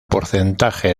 porcentaje